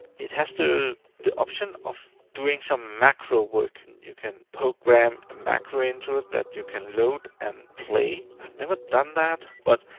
it has the option of doing some macro work. and you can program a macro into it that you can load and play. i've never done that, but,